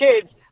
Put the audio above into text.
kids